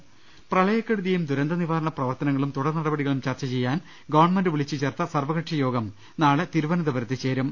രംഭവ് പ്രളയക്കെടുതിയും ദുരന്തനിവാരണ പ്രവർത്തനങ്ങളും തുടർ നടപടി കളും ചർച്ച ചെയ്യാൻ ഗവൺമെന്റ് വിളിച്ചു ചേർത്ത സർവകക്ഷിയോഗം നാളെ തിരുവനന്തപുരത്ത് ചേരും